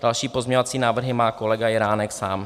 Další pozměňovací návrhy má kolega Jiránek sám.